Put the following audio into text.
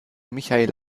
michel